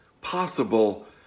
possible